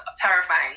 terrifying